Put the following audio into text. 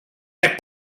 n’est